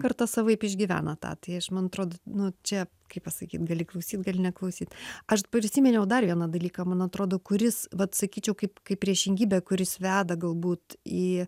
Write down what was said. karta savaip išgyvena tą tai aš man atrodo nu čia kaip pasakyt gali klausyt gali neklausyt aš prisiminiau dar vieną dalyką man atrodo kuris vat sakyčiau kaip kaip priešingybė kuris veda galbūt į